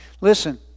Listen